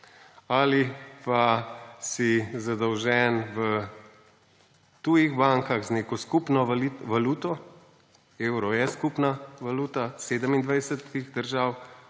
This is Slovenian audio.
ali si zadolžen v tujih bankah z neko skupno valuto. Evro je skupna valuta 27 držav.